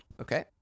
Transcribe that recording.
Okay